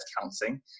counseling